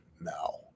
now